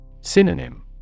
Synonym